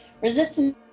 resistance